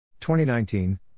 2019